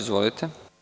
Izvolite.